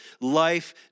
life